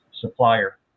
supplier